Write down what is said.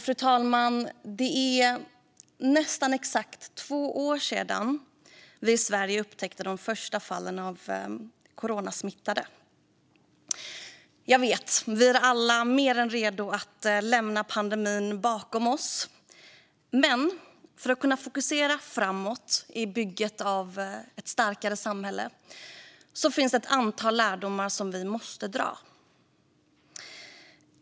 Fru talman! Det är nästan exakt två år sedan vi i Sverige upptäckte de första fallen av coronasmittade. Jag vet att vi alla är mer än redo att lämna pandemin bakom oss. Men för att kunna fokusera framåt i bygget av ett starkare samhälle finns det ett antal lärdomar vi måste dra.